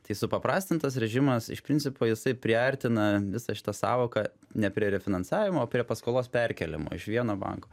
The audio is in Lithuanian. tai supaprastintas režimas iš principo jisai priartina visą šitą sąvoką ne prie refinansavimo o prie paskolos perkėlimo iš vieno banko